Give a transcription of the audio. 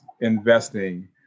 investing